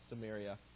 Samaria